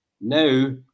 Now